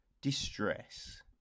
distress